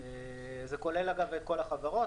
זה כולל, אגב, את כל החברות.